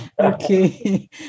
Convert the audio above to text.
Okay